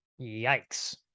Yikes